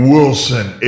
Wilson